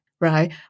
right